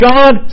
God